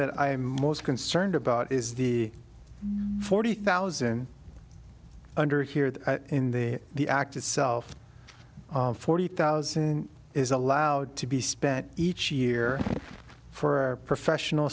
that i'm most concerned about is the forty thousand under here that in the the act itself forty thousand is allowed to be spent each year for professional